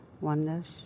oneness